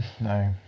No